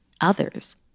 Others